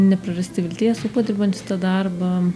neprarasti vilties dirbant šitą darbą